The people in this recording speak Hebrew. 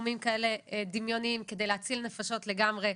סכומים כאלה דמיוניים כדי להציל נפשות לגמרי,